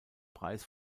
preis